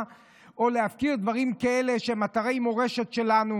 או נפקיר דברים כאלה שהם אתרי מורשת שלנו.